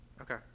Okay